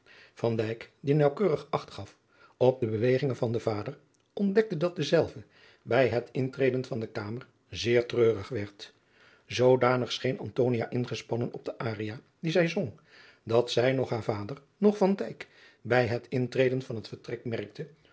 die naauwkeurig acht gaf op de bewegingen van den vader ontdekte dat dezelve bij het intreden van de kamer zeer treurig werd zoodanig scheen antonia ingespannen op de aria die zij zong dat zij noch haar vader noch van dijk bij het intreden van het vertrek merkte